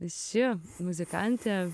ši muzikantė